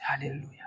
Hallelujah